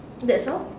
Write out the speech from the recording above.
that's all